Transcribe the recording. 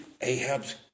Ahab's